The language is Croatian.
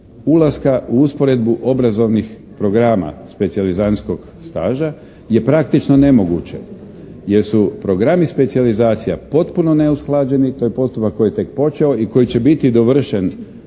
ulaska u usporedbu obrazovnih programa specijalizantskog staža je praktično nemoguće jer su programi specijalizacija potpuno neusklađeni, to je postupak koji je tek počeo i koji će biti dovršen